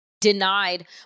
denied